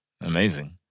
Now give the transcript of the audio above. amazing